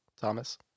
Thomas